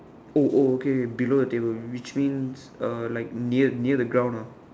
oh oh okay okay below the table which means uh like near the near the ground ah